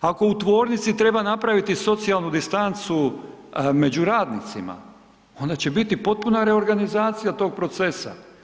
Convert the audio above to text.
Ako u tvornici treba napraviti socijalnu distancu među radnicima, onda će biti potpuna reorganizacija tog procesa.